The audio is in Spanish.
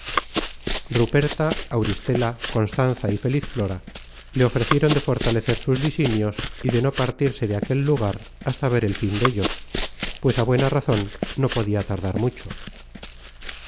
ruperta auristela constanza y feliz flora le ofrecieron de fortalecer sus disinios y de no partirse de aquel lugar hasta ver el fin dellos pues á buena razon no podia tardar mucho